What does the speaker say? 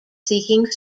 seeking